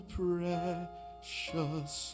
precious